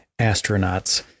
astronauts